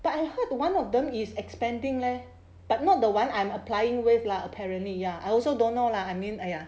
but I heard the one of them is expanding leh but not the one I'm applying with lah apparently ya I also don't know lah I mean !aiya!